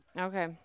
Okay